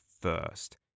first